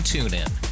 TuneIn